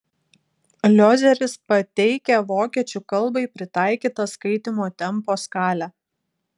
liozeris pateikia vokiečių kalbai pritaikytą skaitymo tempo skalę